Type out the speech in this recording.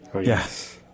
Yes